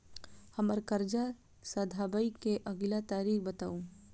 हम्मर कर्जा सधाबई केँ अगिला तारीख बताऊ?